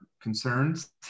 concerns